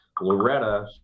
Loretta